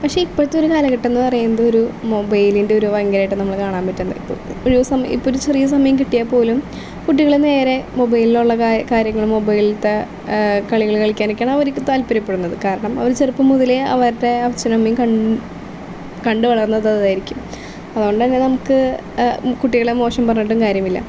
പക്ഷെ ഇപ്പോഴത്തെ ഒരു കാലഘട്ടം എന്ന് പറയുന്നത് ഒരു മൊബൈലിൻ്റെ ഒരു ഭയങ്കരമായിട്ട് നമ്മൾ കാണാൻ പറ്റുന്ന ഇപ്പോൾ ഇപ്പോൾ ഒരു ചെറിയ സമയം കിട്ടിയാൽ പോലും കുട്ടികൾ നേരെ മൊബൈലിലുള്ള കാര്യങ്ങൾ മൊബൈലിലത്തെ കളികൾ കളിക്കാനൊക്കെയാണ് അവർ താല്പര്യപ്പെടുന്നത് കാരണം അവർ ചെറുപ്പം മുതലേ അവരുടെ അച്ഛനും അമ്മയും കണ്ട് കണ്ട് വളർന്നത് അതായിരിക്കും അത്കൊണ്ട് തന്നെ നമുക്ക് കുട്ടികളെ മോശം പറഞ്ഞിട്ടും കാര്യമില്ല